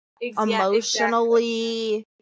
Emotionally